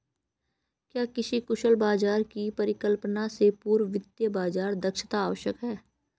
क्या किसी कुशल बाजार की परिकल्पना से पूर्व वित्तीय बाजार दक्षता आवश्यक है?